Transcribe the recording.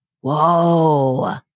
Whoa